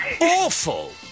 awful